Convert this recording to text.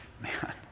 Man